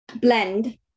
blend